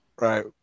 Right